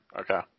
okay